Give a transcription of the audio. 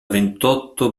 ventotto